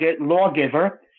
lawgiver